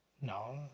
No